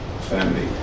family